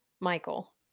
michael